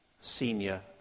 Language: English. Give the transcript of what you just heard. senior